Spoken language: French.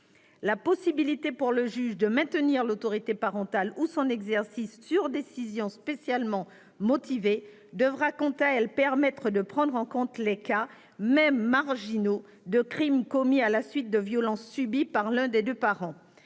La possibilité pour le juge de maintenir l'autorité parentale ou son exercice sur décision spécialement motivée devra, quant à elle, permettre de prendre en compte les cas, même marginaux, de crimes commis à la suite de violences subies par l'un des deux parents.